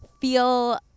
feel